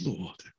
Lord